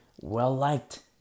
well-liked